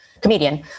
comedian